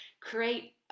create